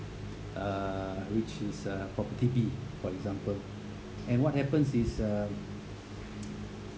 uh which is a(uh) property B for example and what happens is uh